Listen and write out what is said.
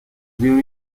río